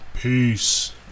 Peace